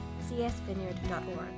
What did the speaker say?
csvineyard.org